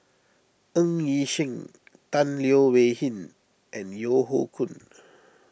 Ng Yi Sheng Tan Leo Wee Hin and Yeo Hoe Koon